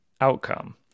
outcome